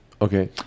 Okay